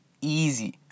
easy